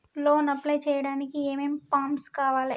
Loan apply చేయడానికి ఏం ఏం ఫామ్స్ కావాలే?